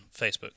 Facebook